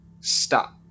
Stop